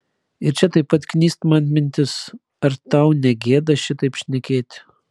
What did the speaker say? ir čia pat knyst man mintis ar tau negėda šitaip šnekėti